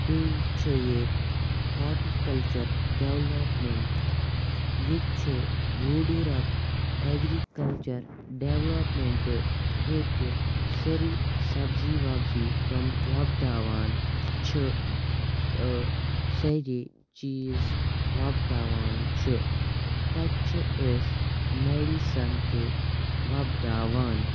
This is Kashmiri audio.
بیٚیہِ چھِ ییٚتہِ ہاٹکَلچر ڈیولَپمینٛٹ ییٚتہِ چھِ ووٗڈوٗرَہ ایگرکَلچر ڈیولَپمینٛٹ ییٚتہِ سٲرٕے سَبزی وَبزی تم وۄبداوان چھِ سٲری چیٖز وۄبداوان چھِ تَتہِ چھِ أسۍ میڈِسن تہِ وۄبداوان